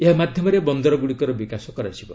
ଏହା ମାଧ୍ୟମରେ ବନ୍ଦରଗୁଡ଼ିକର ବିକାଶ କରାଯିବ